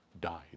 died